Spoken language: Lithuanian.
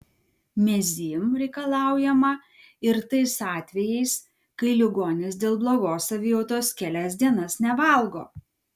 mezym reikalaujama ir tais atvejais kai ligonis dėl blogos savijautos kelias dienas nevalgo